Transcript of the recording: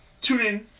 TuneIn